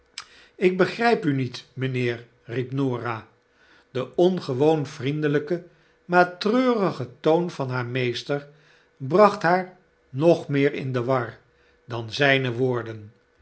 ik begrijp u niet mijnheer riep norah de ongewoon vriendelijke maar treurige toon van haar meester bracht haar nog meer in de war dan zijne woorden